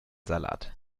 salat